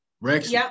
Rex